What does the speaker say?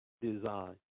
design